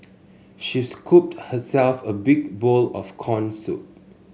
she scooped herself a big bowl of corn soup